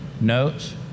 notes